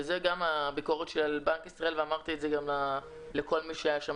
וזה גם הביקורת שלי על בנק ישראל ואמרתי את זה לכל מי שהיה שם.